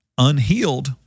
unhealed